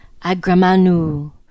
Agramanu